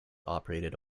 operated